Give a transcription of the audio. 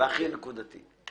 והכי נקודתי.